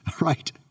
right